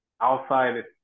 outside